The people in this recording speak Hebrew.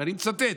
ואני מצטט,